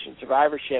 Survivorship